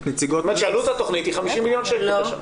שעלות התכנית היא 50 מיליון שקל בשנה.